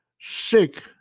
sick